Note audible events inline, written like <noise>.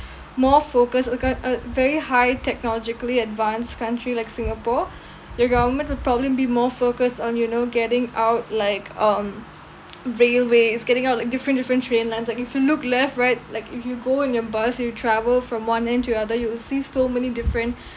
more focus <noise> uh very high technologically advanced country like singapore <breath> the government would probably be more focused on you know getting out like um <noise> railway is getting out like different different train lines like if you look left right like if you go in a bus you travel from one end to the other you will see so many different <breath>